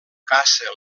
caça